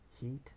heat